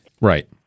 Right